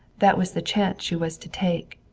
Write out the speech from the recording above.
that was the chance she was to take.